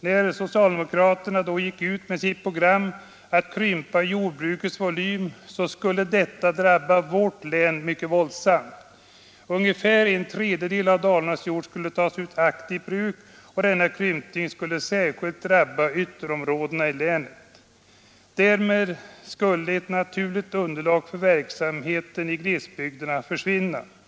När socialdemokraterna gick ut med sitt stora program att krympa jordbrukets volym, skulle det drabba vårt län mycket våldsamt. Ungefär en tredjedel av Dalarnas jord skulle tas ur aktivt bruk, och denna krympning skulle mycket hårt drabba särskilt ytterområdena i länet. Därmed skulle ett naturligt underlag för verksamhet i glesbygderna försvinna.